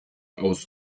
aus